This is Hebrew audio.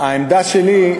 הבטיחו את